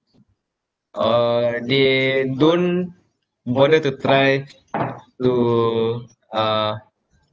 uh they don't bother to try to uh